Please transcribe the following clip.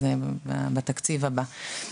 אז בתקציב הבא.